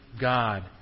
God